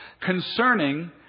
concerning